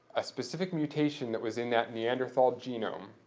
a specific mutation that was in that neanderthal genome,